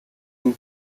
энэ